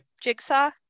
Jigsaw